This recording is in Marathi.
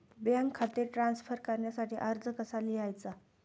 बँक खाते ट्रान्स्फर करण्यासाठी अर्ज कसा लिहायचा?